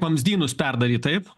vamzdynus perdaryt taip